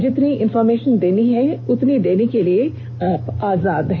जितनी इन्फॉर्मेशन देनी है उतनी देने के लिए आप आजाद हैं